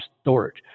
storage